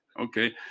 Okay